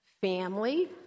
family